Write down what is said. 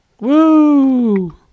Woo